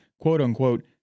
quote-unquote